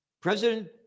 President